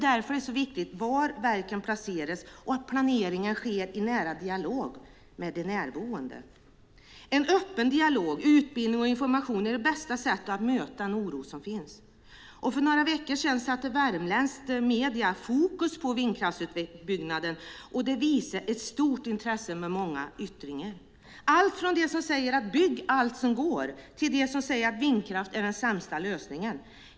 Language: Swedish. Därför är det så viktigt var verken placeras och att planeringen sker i nära dialog med de närboende. En öppen dialog och utbildning och information är det bästa sättet att möta den oro som finns. För några veckor sedan satte värmländska medier fokus på vindkraftsutbyggnaden, och det visade ett stort intresse med många yttringar, alltifrån de som säger att man ska bygga allt som går till de som säger att vindkraft är den sämsta lösningen.